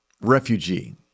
refugee